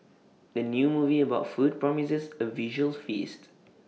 the new movie about food promises A visual feast